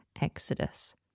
exodus